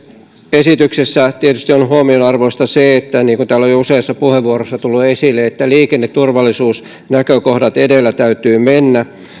esityksessä tietysti on huomionarvoista se niin kuin täällä on jo useissa puheenvuoroissa tullut esille että liikenneturvallisuusnäkökohdat edellä täytyy mennä